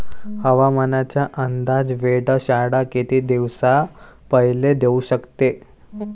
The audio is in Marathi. हवामानाचा अंदाज वेधशाळा किती दिवसा पयले देऊ शकते?